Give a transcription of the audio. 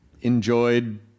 enjoyed